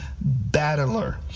battler